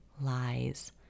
lies